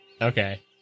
Okay